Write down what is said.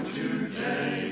today